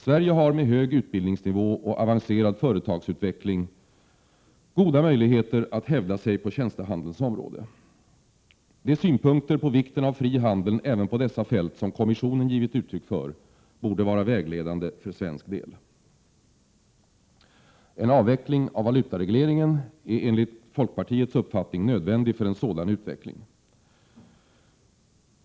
Sverige har med hög utbildningsnivå och avancerad företagsutveckling förutsättningar att hävda sig på tjänstehandelns område. De synpunkter på vikten av fri handel även på dessa fält, som kommissionen givit uttryck för, borde vara vägledande för svensk del. En avveckling av valutaregleringen är enligt folkpartiets uppfattning nödvändig för en sådan utveckling.